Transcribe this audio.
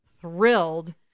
thrilled